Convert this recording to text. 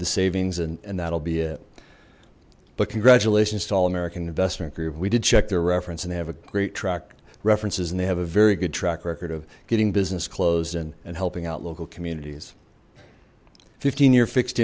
the savings and that'll be it but congratulations to all american investment group we did check their reference and they have a great track references and they have a very good track record of getting business closed and and helping out local communities fifteen year fixed